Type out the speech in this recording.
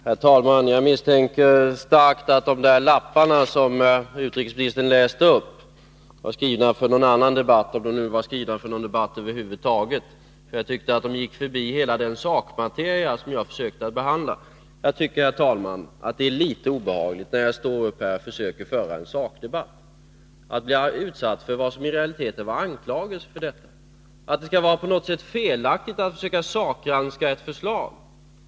Herr talman! Jag misstänker starkt att de där lapparna som utrikesministern läste upp var skrivna för en annan debatt — om de nu var skrivna för någon debatt över huvud taget, för jag anser att argumenteringen gick förbi hela den sakmateria som jag försökte behandla. Jag tycker, herr talman, att det är litet obehagligt, när jag står här och försöker föra en sakdebatt, att bli utsatt för vad som i realiteten var anklagelser för detta — att det vara skall vara på något sätt felaktigt att försöka sakgranska ett förslag.